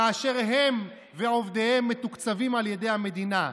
כאשר הם ועובדיהם מתוקצבים על ידי המדינה.